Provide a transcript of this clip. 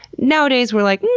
nowadays, we're like,